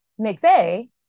McVeigh